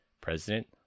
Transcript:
president